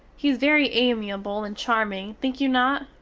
he is very amiable and charming, think you not?